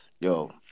Yo